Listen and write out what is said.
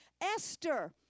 Esther